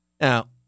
Now